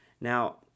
Now